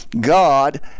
God